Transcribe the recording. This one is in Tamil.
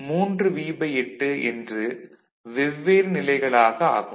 7V88 என்று வெவ்வேறு நிலைகளாக ஆகும்